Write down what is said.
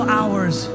hours